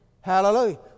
Hallelujah